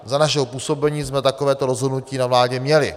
Za našeho působení jsme takovéto rozhodnutí na vládě měli.